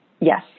Yes